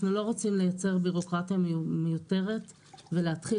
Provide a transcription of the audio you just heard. אנחנו לא רוצים לייצר ביורוקרטיה מיותרת ולהתחיל